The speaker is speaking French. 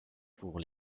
pour